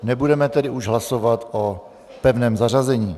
Nebudeme tedy už hlasovat o pevném zařazení.